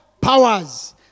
powers